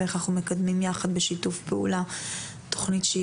ואיך אנחנו מקדמים יחד בשיתוף פעולה תכנית שהיא